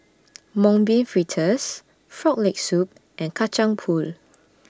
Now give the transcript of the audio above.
Mung Bean Fritters Frog Leg Soup and Kacang Pool